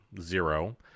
zero